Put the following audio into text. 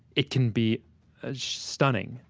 it can be ah stunning.